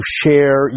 share